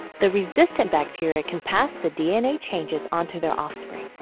the resistant bacteria can pass the dna changes on to their offspring,